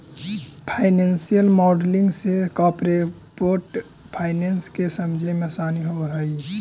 financial modelling से corporate finance के समझे मेंअसानी होवऽ हई